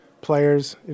players